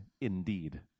indeed